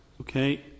Okay